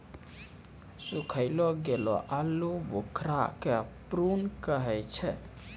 सुखैलो गेलो आलूबुखारा के प्रून कहै छै